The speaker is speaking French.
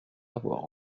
avoir